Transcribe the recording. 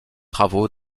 travaux